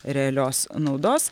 realios naudos